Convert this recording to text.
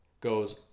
Goes